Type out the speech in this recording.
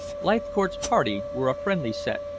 leithcourt's party were a friendly set,